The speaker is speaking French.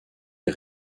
les